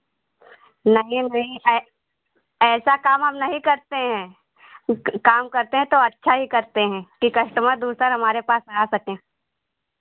नहीं नहीं ऐ ऐसा काम हम नहीं करते हैं काम करते हैं तो अच्छा ही करते हैं कि कस्टमर दूसरा हमारे पास आ सकें